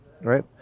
right